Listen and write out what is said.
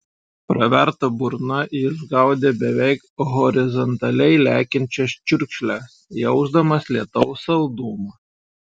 praverta burna jis gaudė beveik horizontaliai lekiančias čiurkšles jausdamas lietaus saldumą